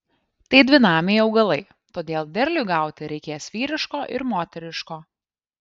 tai dvinamiai augalai todėl derliui gauti reikės vyriško ir moteriško